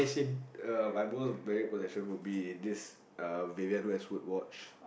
uh my most valued possession would be this uh Vivienne-Westwood watch